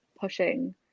pushing